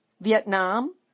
Vietnam